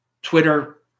twitter